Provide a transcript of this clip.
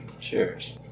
Cheers